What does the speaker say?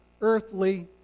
earthly